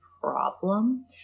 problem